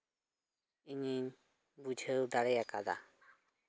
ᱤᱧᱤᱧ ᱵᱩᱡᱷᱟᱹᱣ ᱫᱟᱲᱮ ᱟᱠᱟᱫᱟ